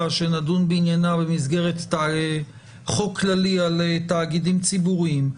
שנדון בעניינה במסגרת חוק כללי על תאגידים ציבוריים.